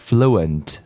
Fluent